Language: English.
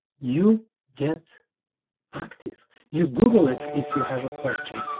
you get active you google it if you have a question,